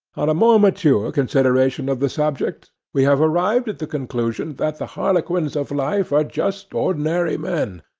on a more mature consideration of the subject, we have arrived at the conclusion that the harlequins of life are just ordinary men,